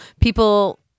people